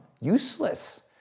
useless